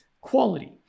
quality